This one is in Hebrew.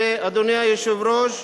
אדוני היושב-ראש,